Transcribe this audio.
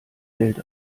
geld